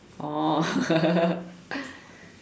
oh